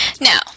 Now